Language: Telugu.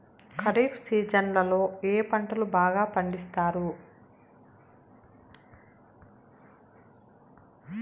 ఖరీఫ్ సీజన్లలో ఏ పంటలు బాగా పండిస్తారు